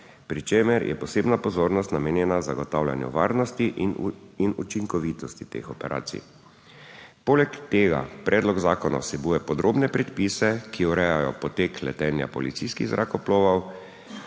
pri čemer je posebna pozornost namenjena zagotavljanju varnosti in učinkovitosti teh operacij. Poleg tega predlog zakona vsebuje podrobne predpise, ki urejajo potek letenja policijskih zrakoplovov,